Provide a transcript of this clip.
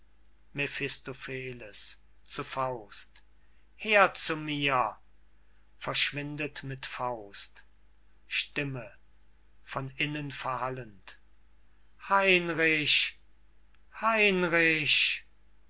mephistopheles zu faust her zu mir verschwindet mit faust stimme von innen verhallend heinrich heinrich